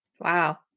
Wow